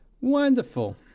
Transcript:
wonderful